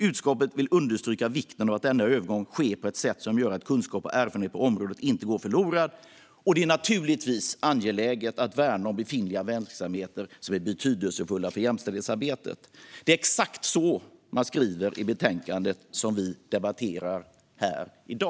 Utskottet vill understryka vikten av att denna övergång sker på ett sätt som gör att kunskap och erfarenhet på området inte går förlorad. Det är naturligtvis angeläget att värna om befintliga verksamheter som är betydelsefulla för jämställdhetsarbetet." Det är exakt så man skriver i det betänkande som vi debatterar här i dag.